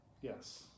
Yes